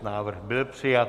Návrh byl přijat.